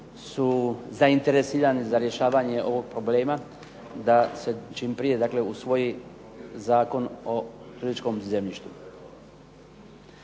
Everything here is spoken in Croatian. su zainteresirani za rješavanje ovog problema da se čim prije dakle usvoji Zakon o turističkom zemljištu.